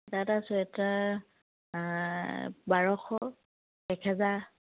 এটা এটা চুৱেটাৰ বাৰশ একহেজাৰ